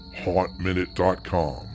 HauntMinute.com